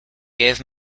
gave